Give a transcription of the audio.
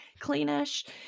cleanish